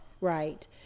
right